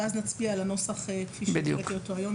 ואז נצביע על הנוסח כפי שהקראתי אותו היום,